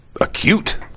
acute